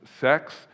sex